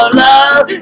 love